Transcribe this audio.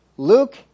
Luke